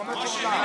כמה שאתה רוצה,